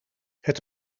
het